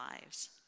lives